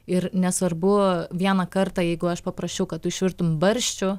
ir nesvarbu vieną kartą jeigu aš paprašiau kad tu išvirtum barščių